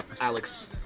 Alex